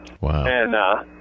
Wow